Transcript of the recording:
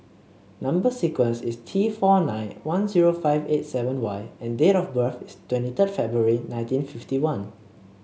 number sequence is T four nine one zero five eight seven Y and date of birth is twenty third February nineteen fifty one